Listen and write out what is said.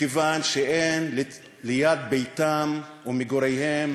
מכיוון שאין ליד ביתם ומגוריהם